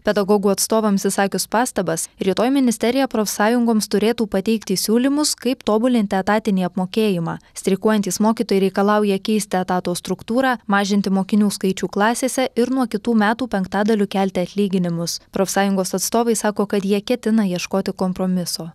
pedagogų atstovams išsakius pastabas rytoj ministerija profsąjungoms turėtų pateikti siūlymus kaip tobulinti etatinį apmokėjimą streikuojantys mokytojai reikalauja keisti etato struktūrą mažinti mokinių skaičių klasėse ir nuo kitų metų penktadaliu kelti atlyginimus profsąjungos atstovai sako kad jie ketina ieškoti kompromiso